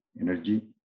energy